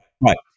Right